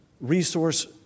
resource